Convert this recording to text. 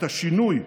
את השינוי,